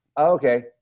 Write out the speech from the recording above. Okay